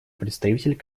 представитель